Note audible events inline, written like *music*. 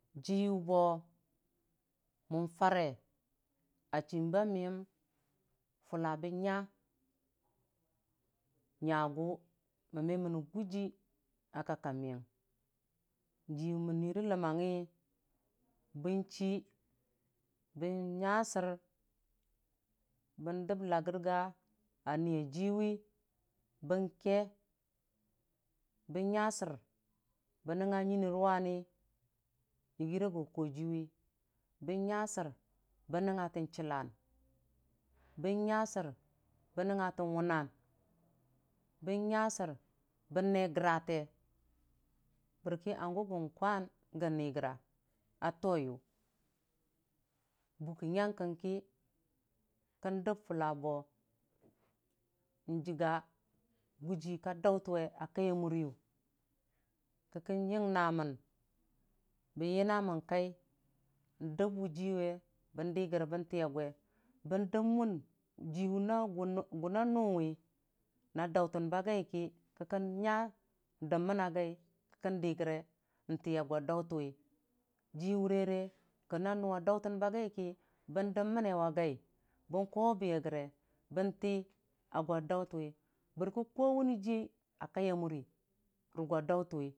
dii wʊbo mən fare a chimba mi yom fʊlla bonnya nyayu mon meni gʊjii akaki kamiying jii mon nyi ləmmangngi bon chi bon nya ser bon dəm lagorga a nii yajii yʊwi bon ke bon nya sor bon nəngnga nyini wuwani yigira go kojiiyʊwi bən nya sor bon nongnga ton wʊnong bən nya sor n'neegərate boka nonga gon kwan kon niigora a toyʊ buka nyang koki kon dom fulla bo n'jiiga gujii ka dautənwe a kai ya muryʊ kikon yingna mon bon yina mon kai ndəm wudii we bon di gore bon tiya swe, bon dəm mon jii nagu bagʊ na nʊwi? na dautən bagai ki kikon nya dəmən na gai kikon diigore n'tiya go dautʊwe jii wʊrere ko namu adauton bagaiki bon dommanne wa gai bon kawe bwi gore bontii a go dautanwe bərki *unintelligible* jii a kaya muro.